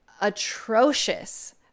atrocious